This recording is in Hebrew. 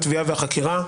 התביעה והחקירה."